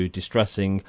distressing